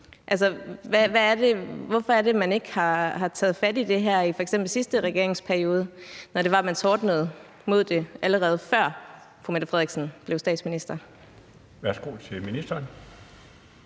hvorfor er det, man ikke har taget fat i det her i f.eks. sidste regeringsperiode, når man tordnede mod det, allerede før statsministeren blev statsminister?